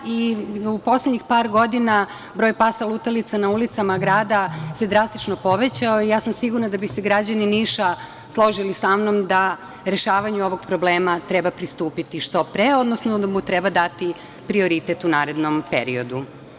U poslednjih par godina broj pasa lutalica na ulicama grada se drastično povećao i ja sam sigurna da bi se građani Niša složili sa mnom da rešavanju ovog problema treba pristupiti što pre, odnosno da mu treba dati prioritet u narednom periodu.